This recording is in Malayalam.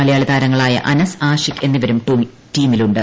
മലയാളി താരങ്ങളായ അനസ് ആഷിഖ് എന്നിവരും ടീമിലുണ്ട്